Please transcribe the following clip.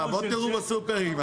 בואו תראו בסופרים,